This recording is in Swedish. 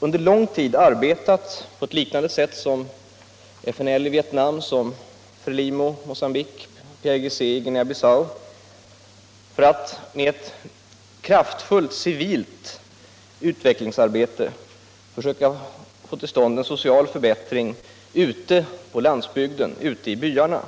under lång tid har arbetat på ett liknande sätt som FNL i Vietnam, Frelimo i Mogambique och PAIGC i Guinea-Bissau för att med ett kraftfullt civilt utvecklingsarbete få till stånd en social förbättring ute på landsbygden, ute i byarna.